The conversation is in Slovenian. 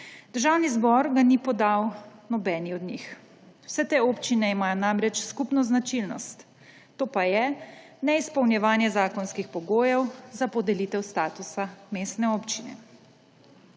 Državni zbor ga ni podal nobeni od njih. Vse te občine imajo namreč skupno značilnost, to pa je neizpolnjevanje zakonskih pogojev za podelitev statusa mestne občine.